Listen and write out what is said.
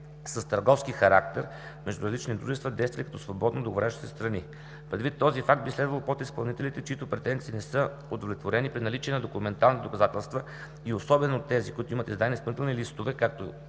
с търговски характер между различни дружества, действали като свободно договарящи се страни. Предвид този факт, би следвало подизпълнителите, чиито претенции не са удовлетворени, при наличие на документални доказателства и особено тези, които имат издадени изпълнителни листове, както